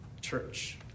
church